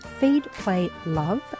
feedplaylove